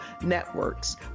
networks